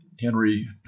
Henry